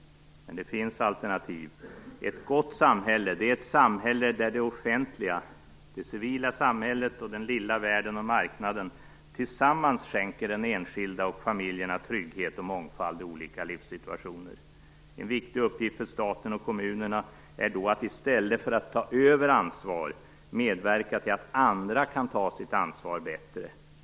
Men det finns alternativ. Ett gott samhälle är ett samhälle där det offentliga, det civila samhället, den lilla världen och marknaden tillsammans skänker den enskilda och familjerna trygghet och mångfald i olika livssituationer. En viktig uppgift för staten och kommunerna är då att i stället för att ta över ansvar medverka till att andra kan ta sitt ansvar bättre.